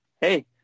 hey